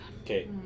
Okay